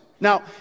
Now